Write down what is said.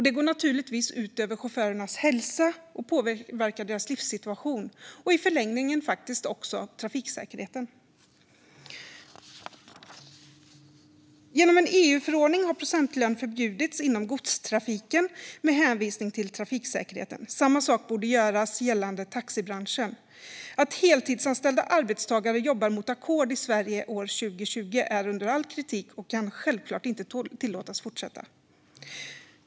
Det går naturligtvis ut över chaufförernas hälsa och påverkar deras livssituation och i förlängningen också trafiksäkerheten. Genom en EU-förordning har procentlön förbjudits inom godstrafiken med hänvisning till trafiksäkerheten. Samma sak borde göras gällande taxibranschen. Att heltidsanställda arbetstagare jobbar mot ackord i Sverige år 2020 är under all kritik och kan självklart inte tillåtas fortsätta.